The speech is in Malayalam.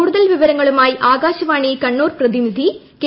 കൂടുതൽ വിവരങ്ങളുമായി ആകാശവാണി കണ്ണൂർ പ്രതിനിധി കെ